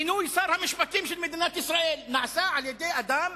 מינוי שר המשפטים של מדינת ישראל נעשה על-ידי אדם